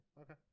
Okay